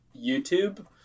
YouTube